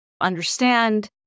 understand